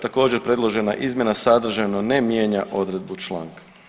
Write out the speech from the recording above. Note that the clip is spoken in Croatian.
Također predložena izmjena sadržajno ne mijenja odredbu članka.